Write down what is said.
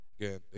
Again